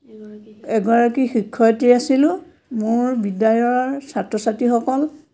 এগৰাকী শিক্ষয়িত্ৰী আছিলোঁ মোৰ বিদ্যালয়ৰ ছাত্ৰ ছাত্ৰীসকল